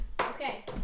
Okay